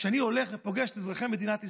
כשאני הולך ופוגש את אזרחי מדינת ישראל,